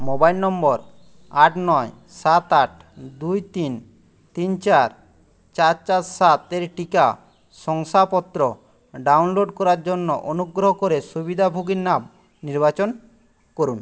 mobile নম্বর আট নয় সাত আট দুই তিন তিন চার চার চার সাত এর টিকা শংসাপত্র ডাউনলোড করার জন্য অনুগ্রহ করে সুবিধাভোগীর নাম নির্বাচন করুন